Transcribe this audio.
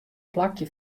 plakje